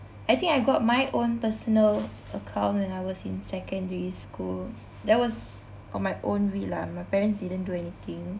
I think I got my own personal account when I was in secondary school that was on my own read lah my parents didn't do anything